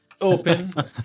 Open